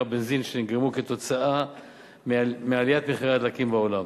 הבנזין שנגרמו כתוצאה מעליית מחירי הדלק בעולם.